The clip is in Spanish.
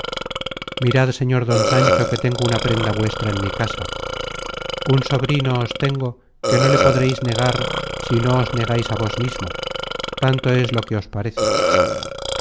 sosiego mirad señor don sancho que tengo una prenda vuestra en mi casa un so content from google book search generated at brino os tengo que no le podreis negar si no os negais á vos mismo tanto es lo que os parece